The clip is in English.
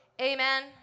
Amen